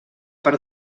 per